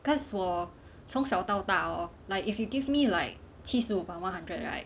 because 我从小到大 hor like if you give me like 七十五 upon one hundred right